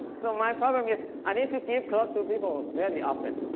so, my problem is, i need to give clothes to people very often.